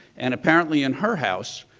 and apparently in her house,